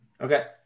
Okay